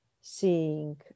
seeing